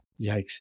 Yikes